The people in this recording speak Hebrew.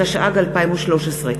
התשע"ג 2013,